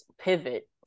pivot